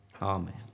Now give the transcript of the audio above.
Amen